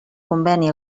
conveni